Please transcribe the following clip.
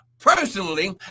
Personally